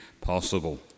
possible